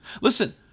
Listen